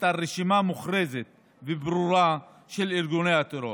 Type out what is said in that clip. על רשימה מוכרזת וברורה של ארגוני טרור.